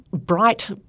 bright